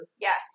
Yes